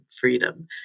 freedom